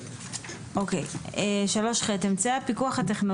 3ח. אבטחת המידע 3ח. אמצעי הפיקוח הטכנולוגי,